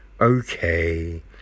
Okay